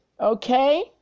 Okay